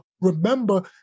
remember